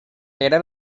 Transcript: era